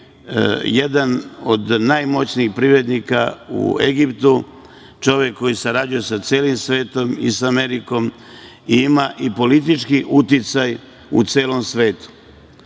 jedan od najmoćnijih privrednika u Egiptu, čovek koji sarađuje sa celim svetom, i sa Amerikom, i ima i politički uticaj u celom svetu.